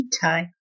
time